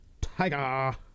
Tiger